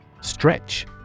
Stretch